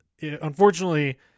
unfortunately